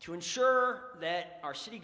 to ensure that our city